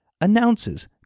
announces